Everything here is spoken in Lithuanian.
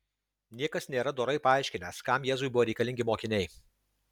niekas nėra dorai paaiškinęs kam jėzui buvo reikalingi mokiniai